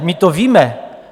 My to víme.